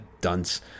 dunce